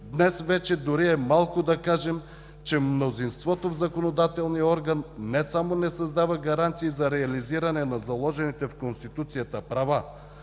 днес вече дори е малко да кажем, че мнозинството в законодателния орган не само не създава гаранции за реализиране на заложените в Конституцията права,